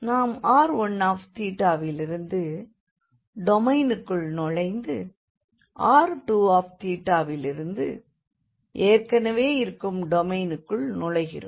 நாம் r1θலிருந்து டொமைனுக்குள் நுழைந்து r2θலிருந்து ஏற்கெனவே இருக்கும் டொமைனுக்குள் நுழைகிறோம்